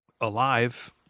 alive